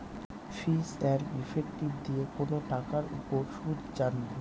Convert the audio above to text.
ফিচ and effective দিয়ে কোনো টাকার উপর সুদ জানবো